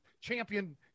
champion